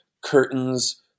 curtains